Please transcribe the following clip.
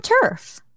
turf